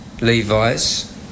Levi's